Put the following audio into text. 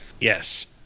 Yes